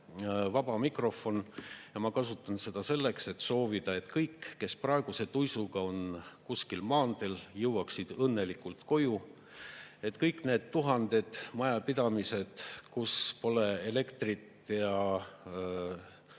vaba mikrofon. Ma kasutan seda selleks, et soovida, et kõik, kes praeguse tuisuga on kuskil maanteel, jõuaksid õnnelikult koju, et kõik need tuhanded majapidamised, kus pole elektrit –